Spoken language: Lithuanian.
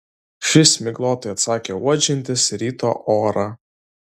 šis miglotai atsakė uodžiantis ryto orą